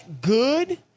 good